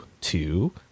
two